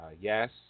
yes